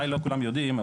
אולי לא כולם יודעים,